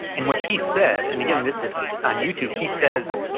and what he said, and again this is on youtube, he says,